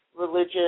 religion